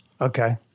Okay